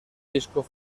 disco